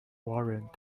warrant